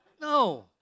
No